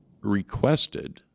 requested